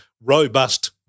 robust